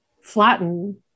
Flatten